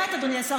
אדוני השר,